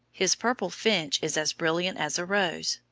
his purple finch is as brilliant as a rose,